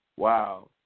wow